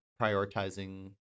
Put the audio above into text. prioritizing